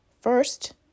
First